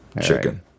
Chicken